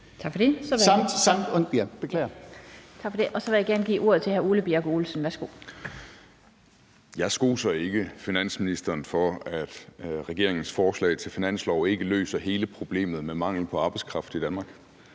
fg. formand (Annette Lind): Tak for det. Så vil jeg gerne give ordet til hr. Ole Birk Olesen. Værsgo. Kl. 17:04 Ole Birk Olesen (LA): Jeg skoser ikke finansministeren for, at regeringens forslag til finanslov ikke løser hele problemet med mangel på arbejdskraft i Danmark.